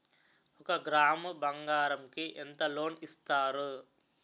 ఒక గ్రాము బంగారం కి ఎంత లోన్ ఇస్తారు?